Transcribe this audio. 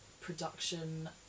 production